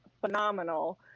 phenomenal